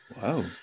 Wow